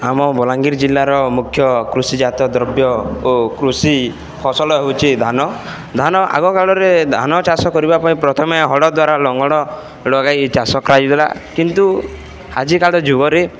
ଆମ ବଲାଙ୍ଗୀର ଜିଲ୍ଲାର ମୁଖ୍ୟ କୃଷିଜାତୀୟ ଦ୍ରବ୍ୟ ଓ କୃଷି ଫସଲ ହେଉଛି ଧାନ ଧାନ ଆଗକାଳରେ ଧାନ ଚାଷ କରିବା ପାଇଁ ପ୍ରଥମେ ହଳ ଦ୍ୱାରା ଲଙ୍ଗଳ ଲଗାଇ ଚାଷ କରାଯାଇଥିଲା କିନ୍ତୁ ଆଜିକାଲି ଯୁଗରେ